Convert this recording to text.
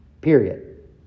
Period